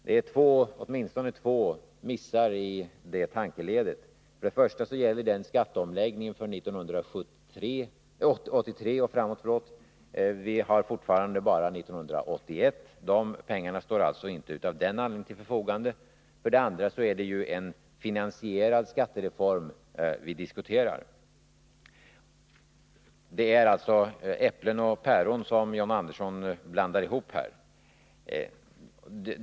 Det är åtminstone två missar i detta tankeled. För det första gäller denna skatteomläggning för 1983 och framåt — vi har fortfarande bara 1981. De pengarna står alltså inte av den anledningen till förfogande. För det andra är det en finansierad skatteform som vi diskuterar. Det är alltså äpplen och päron som John Andersson här blandar ihop.